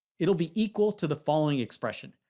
it'll be equal to the following expression?